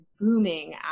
booming